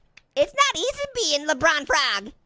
it's not easy being lebron frog.